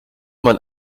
man